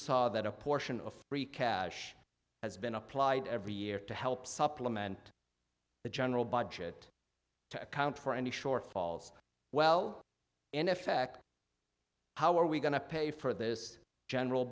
saw that a portion of free cash has been applied every year to help supplement the general budget to account for any shortfalls well in effect how are we going to pay for this general